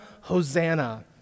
Hosanna